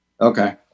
Okay